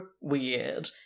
weird